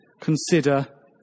consider